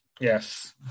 Yes